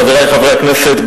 חברי חברי הכנסת,